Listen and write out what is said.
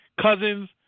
Cousins